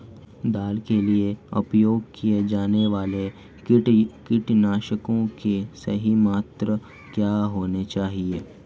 दाल के लिए उपयोग किए जाने वाले कीटनाशकों की सही मात्रा क्या होनी चाहिए?